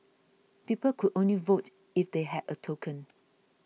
people could only vote if they had a token